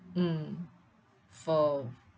mm for